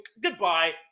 goodbye